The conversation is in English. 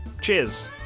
Cheers